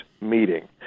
meeting